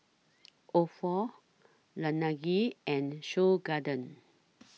Ofo Laneige and Seoul Garden